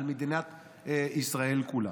על מדינה ישראל כולה.